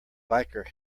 biker